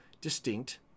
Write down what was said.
distinct